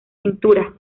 pintura